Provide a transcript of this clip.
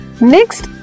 next